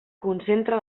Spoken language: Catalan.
concentra